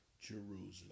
Jerusalem